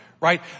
right